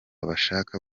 bashaka